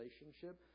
relationship